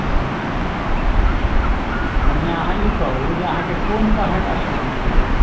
अच्छा रुकु पहिने अहाँ ई कहू जे अहाँकेँ कोन तरहके अशान्ति अछि